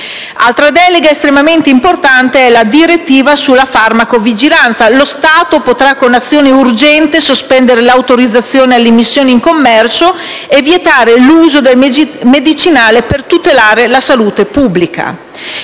Altra delega estremamente importante è la direttiva sulla farmacovigilanza. Lo Stato potrà, con azione urgente, sospendere l'autorizzazione all'immissione in commercio e vietare l'uso del medicinale per tutelare la salute pubblica.